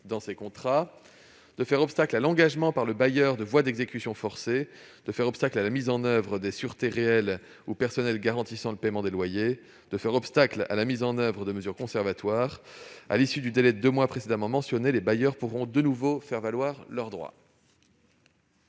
au contrat, à l'engagement par le bailleur de voies d'exécution forcée, à la mise en oeuvre des sûretés réelles ou personnelles garantissant le paiement des loyers, à la mise en oeuvre de mesures conservatoires. À l'issue du délai de deux mois précédemment mentionné, les bailleurs pourront de nouveau faire valoir leurs droits.